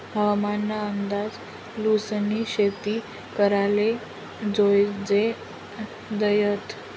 हवामान ना अंदाज ल्हिसनी शेती कराले जोयजे तदय